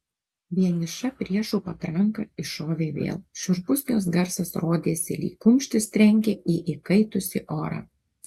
vieniša priešų patranka iššovė vėl šiurpus jos garsas rodėsi lyg kumštis trenkia į įkaitusį orą